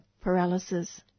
paralysis